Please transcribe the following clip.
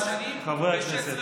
חברי הכנסת,